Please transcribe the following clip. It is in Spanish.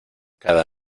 cada